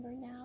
now